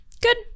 good